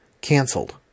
canceled